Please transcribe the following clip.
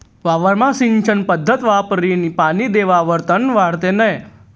वावरमा सिंचन पध्दत वापरीन पानी देवावर तन वाढत नै